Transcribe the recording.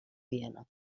viena